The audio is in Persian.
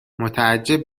متعجب